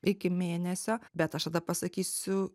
iki mėnesio bet aš tada pasakysiu